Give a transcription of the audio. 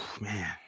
Man